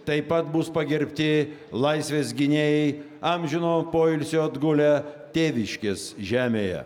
taip pat bus pagerbti laisvės gynėjai amžino poilsio atgulę tėviškės žemėje